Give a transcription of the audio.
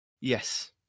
Yes